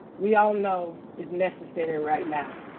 we all know, is necessary right now.